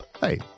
Hey